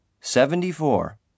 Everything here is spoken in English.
Seventy-four